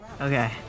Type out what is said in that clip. okay